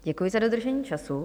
Děkuji za dodržení času.